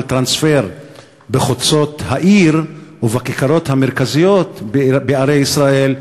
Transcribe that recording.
טרנספר בחוצות העיר ובכיכרות המרכזיות בערי ישראל,